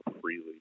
freely